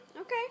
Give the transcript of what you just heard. Okay